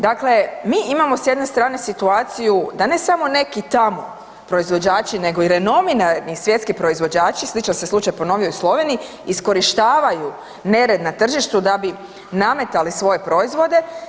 Dakle, mi imamo s jedne strane situaciju da ne samo neki tamo proizvođači nego i renomirani svjetski proizvođači, sličan se slučaj ponovio i u Sloveniji, iskorištavaju nered na tržištu da bi nametali svoje proizvode.